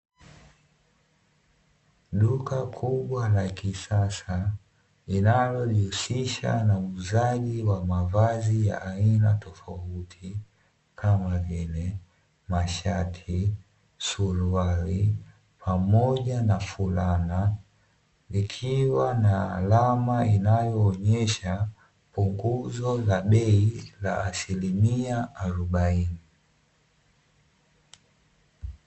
Duka kubwa la kisasa linalojihusisha na uuzaji wa mavazi ya aina tofauti Kama vile; Mashati, Suruali Pamoja na fulana ikiwa na alama inayoonesha punguzo la bei la asilimia arobaini.